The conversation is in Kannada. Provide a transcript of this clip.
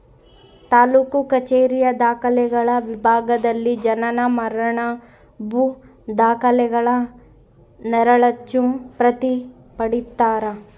ತಾಲೂಕು ಕಛೇರಿಯ ದಾಖಲೆಗಳ ವಿಭಾಗದಲ್ಲಿ ಜನನ ಮರಣ ಭೂ ದಾಖಲೆಗಳ ನೆರಳಚ್ಚು ಪ್ರತಿ ಪಡೀತರ